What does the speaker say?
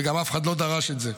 וגם אף אחד לא דרש את זה.